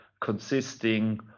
consisting